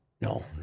No